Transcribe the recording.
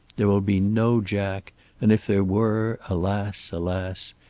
there will be no jack and if there were, alas, alas,